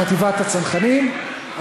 בחטיבת הצנחנים,